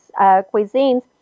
cuisines